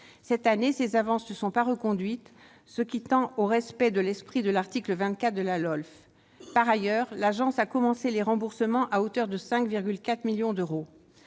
Cette année, ces avances ne sont pas reconduites, ce qui tend au respect de l'esprit de l'article 24 de la LOLF. Par ailleurs, l'Agence a commencé les remboursements à hauteur de 5,4 millions d'euros.